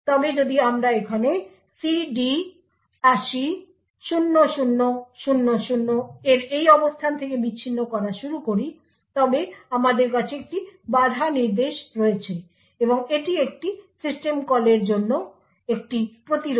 তবে যদি আমরা এখানে CD 80 00 00 এর এই অবস্থান থেকে বিচ্ছিন্ন করা শুরু করি তবে আমাদের কাছে একটি বাধা নির্দেশ রয়েছে এবং এটি একটি সিস্টেম কলের জন্য একটি প্রতিরোধ